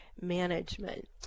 management